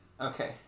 Okay